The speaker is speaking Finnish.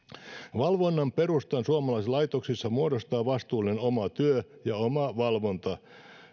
valvonnan perustan suomalaisissa laitoksissa muodostaa vastuullinen oma työ ja omavalvonta